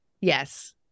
yes